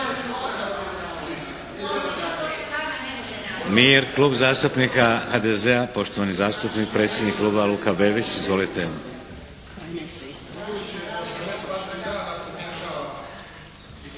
Mir! Klub zastupnika HDZ-a poštovani zastupnik predsjednik kluba Luka Bebić. Izvolite.